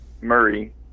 Murray